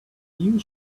you